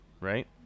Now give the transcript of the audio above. right